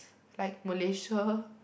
like Malaysia